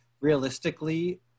realistically